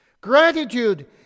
gratitude